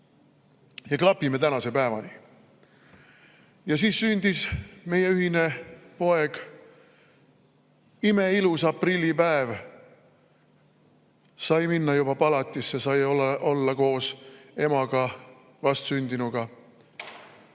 ja klapime tänase päevani. Siis sündis meie ühine poeg. Imeilus aprillipäev, sai minna juba palatisse, sai olla koos emaga, vastsündinuga.